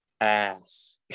ass